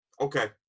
Okay